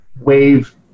wave